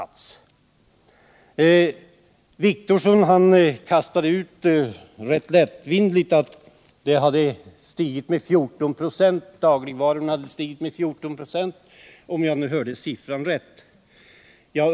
Fredagen den Åke Wictorsson kastade ut ganska lättvindigt att dagligvarorna hade 16 december 1977 stigit med 14 96, om jag uppfattade siffran rätt.